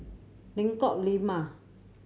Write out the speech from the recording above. Lengkok Lima